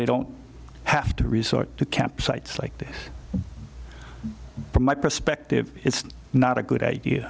they don't have to resort to campsites like this from my perspective it's not a good idea